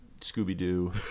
scooby-doo